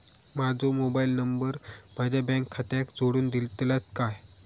माजो mobile number माझ्या bank खात्याक जोडून दितल्यात काय?